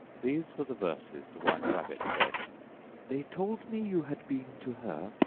these were the verses the white rabbit read they told me you had been to her,